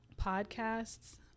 podcasts